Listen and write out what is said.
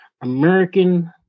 american